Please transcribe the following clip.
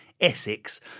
Essex